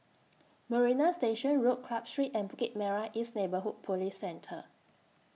Marina Station Road Club Street and Bukit Merah East Neighbourhood Police Centre